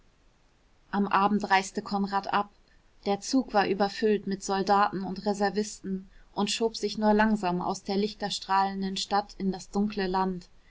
am abend reiste konrad ab der zug war überfüllt mit soldaten und reservisten und schob sich nur langsam aus der lichterstrahlenden stadt in das dunkle land